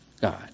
God